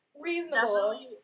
Reasonable